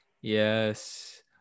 yes